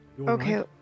Okay